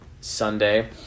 Sunday